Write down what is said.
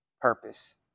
purpose